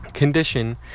condition